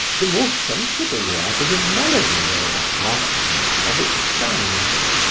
the more sensible you are to the melody or harshness of its sounds.